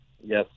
Yes